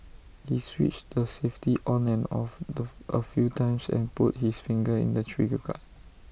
he switched the safety on and off A few times and put his finger in the trigger guard